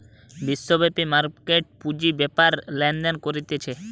বিশ্বব্যাপী মার্কেট পুঁজি বেপারে লেনদেন করতিছে